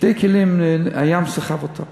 שני כלים, הים סחף אותם.